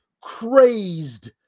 crazed